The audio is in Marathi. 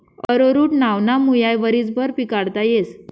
अरोरुट नावना मुया वरीसभर पिकाडता येस